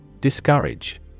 Discourage